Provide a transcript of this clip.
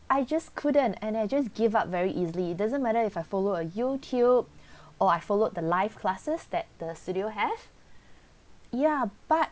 I just couldn't and I just give up very easily it doesn't matter if I follow a youtube or I followed the live classes that the studio have ya but